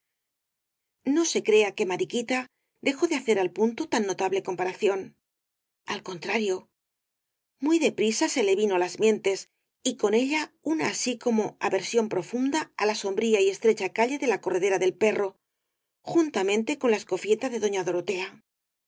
no se crea que mariquita dejó de hacer al punto tan notable comparación al contrario muy de prisa se le vino á las mientes y con ella una así como aversión profunda á la sombría y estrecha calle de la corredera del perro juntamente con la escofieta de doña dorotea